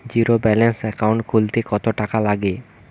Zero balance account খুলতে কত টাকা লাগে?